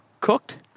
cooked